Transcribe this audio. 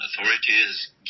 authorities